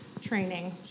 training